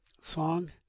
song